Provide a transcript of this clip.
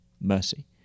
mercy